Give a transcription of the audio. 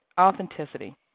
authenticity